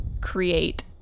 create